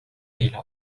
ile